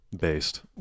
Based